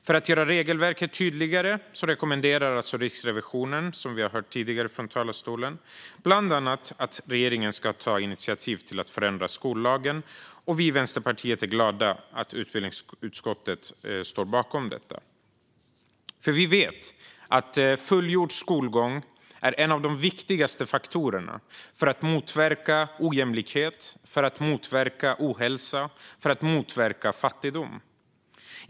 För att göra regelverket tydligare rekommenderar alltså Riksrevisionen, som vi hört tidigare från talarstolen, bland annat att regeringen ska ta initiativ till att förändra skollagen. Vi i Vänsterpartiet är glada att utbildningsutskottet står bakom detta, för vi vet att fullgjord skolgång är en av de viktigaste faktorerna för att motverka ojämlikhet, ohälsa och fattigdom.